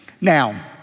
Now